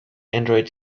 androids